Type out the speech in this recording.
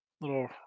little